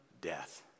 death